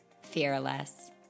fearless